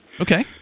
Okay